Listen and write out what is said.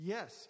Yes